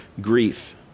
grief